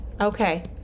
Okay